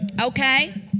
Okay